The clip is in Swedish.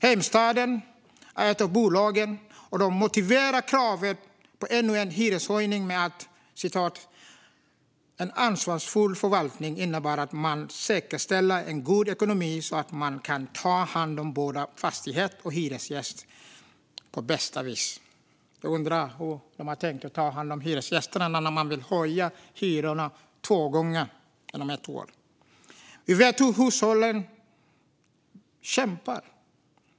Heimstaden är ett av bolagen, och de motiverar kravet på ännu en hyreshöjning med att "en ansvarsfull förvaltning för oss innebär att man säkerställer en god ekonomi så att man kan ta hand om både fastighet och hyresgäst på bästa vis". Jag undrar hur man tänker ta hand om hyresgästerna när man vill höja hyrorna två gånger inom ett år. Vi vet hur hushållen kämpar.